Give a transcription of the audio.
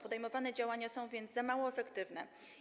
Podejmowane działania są więc za mało efektywne.